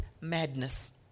madness